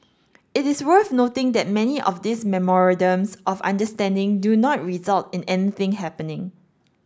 it is worth noting that many of these memorandums of understanding do not result in anything happening